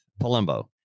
Palumbo